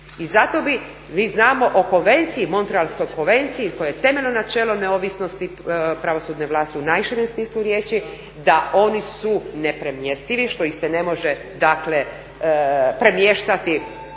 I zato bi, mi znamo o konvenciji, Montrealskoj konvenciji koje je temeljno načelo neovisnosti pravosudne vlasti u najširem smislu riječi da oni su nepremjestivi što ih se ne može, dakle premještati